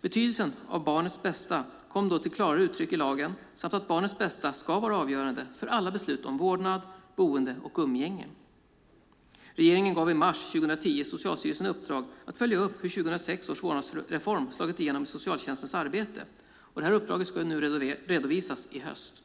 Betydelsen av barnets bästa samt att barnets bästa ska vara avgörande för alla beslut om vårdnad, boende och umgänge kom då till klarare uttryck i lagen. Regeringen gav i mars 2010 Socialstyrelsen i uppdrag att följa upp hur 2006 års vårdnadsreform slagit igenom i socialtjänstens arbete. Det här uppdraget ska redovisas i höst.